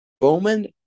Bowman